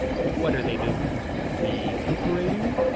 what are they doing recuperating?